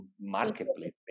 marketplace